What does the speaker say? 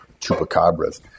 chupacabras